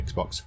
Xbox